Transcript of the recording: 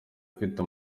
ufite